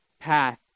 path